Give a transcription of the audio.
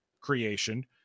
creation